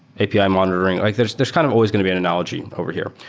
api ah monitoring. like there's there's kind of always going to be an analogy over here.